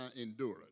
endurance